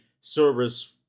service